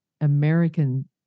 American